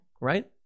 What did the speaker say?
right